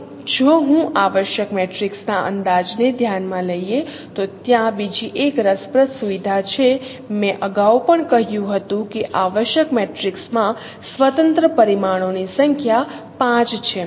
હવે જો હું આવશ્યક મેટ્રિક્સના અંદાજ ને ધ્યાન માં લઈએ તો ત્યાં બીજી એક રસપ્રદ સુવિધા છે મેં અગાઉ પણ કહ્યું હતું કે આવશ્યક મેટ્રિક્સમાં સ્વતંત્ર પરિમાણોની સંખ્યા 5 છે